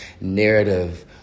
narrative